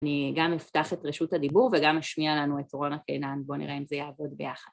אני גם אפתח את רשות הדיבור וגם אשמיע לנו את רונה קינן, בואו נראה אם זה יעבוד ביחד.